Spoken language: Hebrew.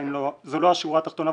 שזו לא השורה התחתונה,